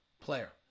player